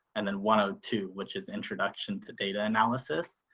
and then one or two, which is introduction to data analysis.